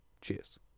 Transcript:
Cheers